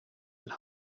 and